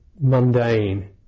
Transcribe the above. mundane